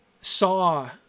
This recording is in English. saw